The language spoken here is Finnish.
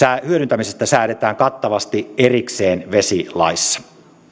hyödyntämisestä säädetään kattavasti erikseen vesilaissa